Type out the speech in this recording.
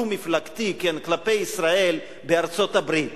הדו-מפלגתי כלפי ישראל בארצות-הברית